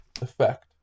effect